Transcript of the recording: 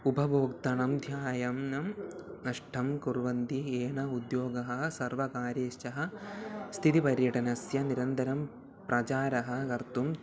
उपभोक्तृणाम् ध्यानं न नष्टं कुर्वन्ति येन उद्योगः सर्वकार्यैश्च स्थितिपर्यटनस्य निरन्तरं प्रचारं कर्तुम्